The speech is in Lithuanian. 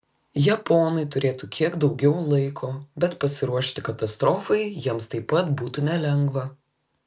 japonai turėtų kiek daugiau laiko bet pasiruošti katastrofai jiems taip pat būtų nelengva